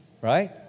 Right